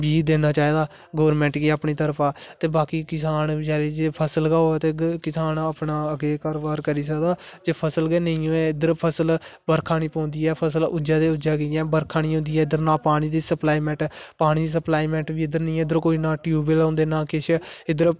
बी देना चाहिदा गवर्नमेंट गी अपनी तरफा ते बाकी किसान बचारे फसल गै होऐ ते किसान अपना कारोबार करी सकदा जे फसल गै नेई होऐ ते इधर फसल बर्खा नेई होंदी ऐ फसल उग्गे ते उग्गे कियां बर्खा नेई होंदी ऐ ना पानी दी सपलाई पानी दी सपलाईमेंट बी इद्धर नेई ऐ इद्धर ना कोई ट्यूबवेल होंदे ना किश इद्धऱ